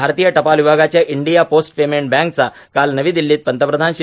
भारतीय टपाल विभागाच्या इंडिया पोस्ट पेमेंट बॅंकचा काल नवी दिल्लीत पंतप्रधान श्री